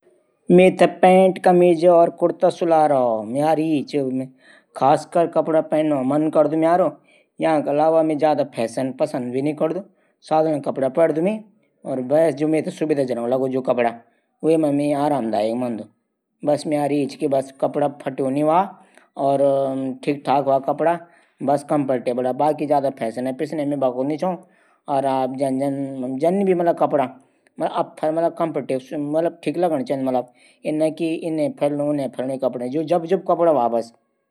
आदर्श नौकरी मां हम समय का पांबद ह्व़ा। टैम पर अपडी नौकरी पर जां टैम पर अपड घार आं। और जतकू हमथै तनख्वाह मिनी च वां हम इमानदारी से अपडू घर चलां। ज्यादा लोभ लालच नी कन। अपडू मालिक पर इमानदारी रखण। अपडू दगडू सहयोगी दगड भी प्यार प्रेम से रां और अछू सुख से अपडू जीवन व्यापन कांरा।